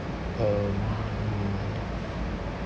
um